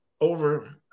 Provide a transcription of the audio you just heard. over